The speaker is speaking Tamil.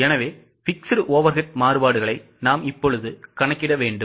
எனவே fixed overhead மாறுபாடுகளை நாம் கணக்கிட வேண்டும்